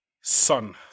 son